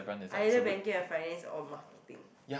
either banking and finance or marketing